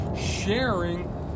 sharing